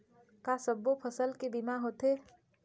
का सब्बो फसल के बीमा होथे?